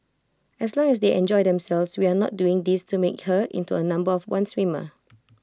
as long as they enjoy themselves we are not doing this to make her into A number of one swimmer